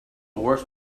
worse